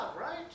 right